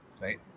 right